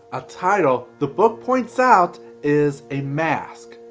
a title the book points out is a mask,